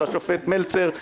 על השופט מלצר,